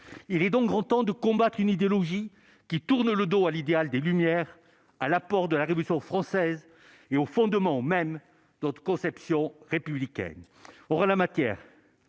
il est donc grand temps de combattre une idéologie qui tourne le dos à l'idéal des Lumières à l'apport de la Révolution française et au fondement même notre conception républicaine,